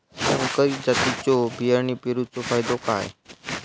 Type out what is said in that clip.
संकरित जातींच्यो बियाणी पेरूचो फायदो काय?